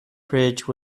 bridge